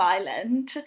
Island